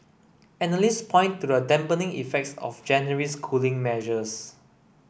analysts point to the dampening effects of January's cooling measures